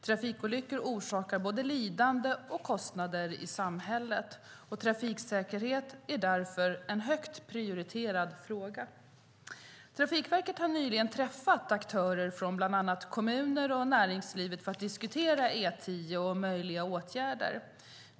Trafikolyckor orsakar både lidande och kostnader i samhället och trafiksäkerhet är därför en högt prioriterad fråga. Trafikverket har nyligen träffat aktörer från bland annat kommuner och näringslivet för att diskutera E10 och möjliga åtgärder.